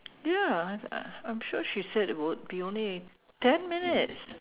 ya I I'm sure she said it would be only ten minutes